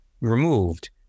removed